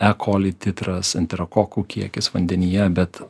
e koli titras enterokokų kiekis vandenyje bet